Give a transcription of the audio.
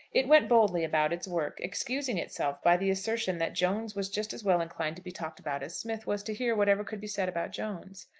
it went boldly about its work, excusing itself by the assertion that jones was just as well inclined to be talked about as smith was to hear whatever could be said about jones.